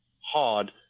hard